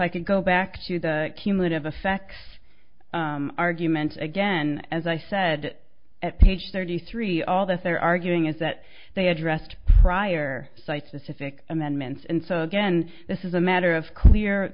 i could go back to the cumulative effects argument again as i said at page thirty three all that they're arguing is that they addressed prior site specific amendments and so again this is a matter of clear